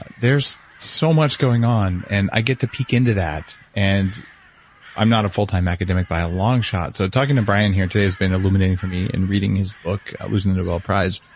there's so much going on and i get to peek into that, and i'm not a full-time academic by a long shot, so talking to brian here today has been illuminating for me, and reading his book, losing the nobel prize,